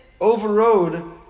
overrode